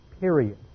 period